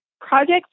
projects